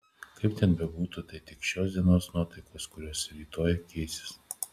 kaip ten bebūtų tai tik šios dienos nuotaikos kurios rytoj keisis